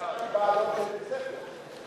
אני כתבתי בעלון של בית-ספר.